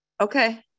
Okay